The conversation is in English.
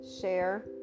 share